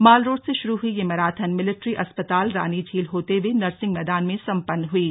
mall road से शुरू हुयी यह मैराथन मिलिट्री अस्पताल रानीझील होते हुए नरसिंह मैदान में संपन्न हुयी